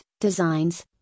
designs